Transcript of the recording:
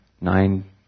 nine